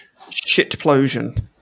Shitplosion